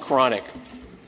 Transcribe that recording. chronic